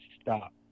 stop